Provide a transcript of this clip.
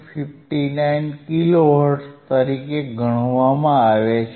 59 kilohertz તરીકે ગણવામાં આવે છે